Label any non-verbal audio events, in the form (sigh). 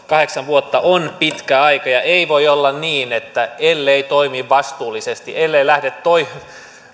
(unintelligible) kahdeksan vuotta on pitkä aika ja ei voi olla niin että ellei toimi vastuullisesti ellei lähde